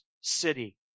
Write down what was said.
city